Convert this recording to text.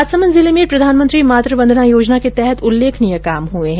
राजसमंद जिले में प्रधानमंत्री मातृ वंदना योजना के तहत उल्लेखनीय काम हुए है